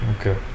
Okay